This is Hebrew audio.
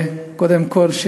קודם כול,